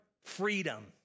freedom